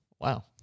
Wow